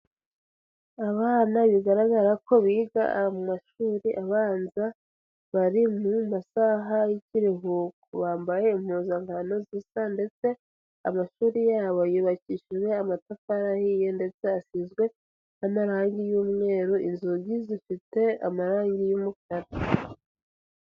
Abana bigaragara ko biga amashuri abanza, bari mu masaha y'ikiruhuko, bambaye impuzankano zisa ndetse amashuri yabo yubakishijwe amatafari ahiye ndetse asizwe n'amarangi y'umweru, inzugi zifite amarangi y'umukara.